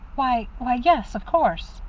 why why, yes, of course.